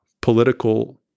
political